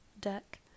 deck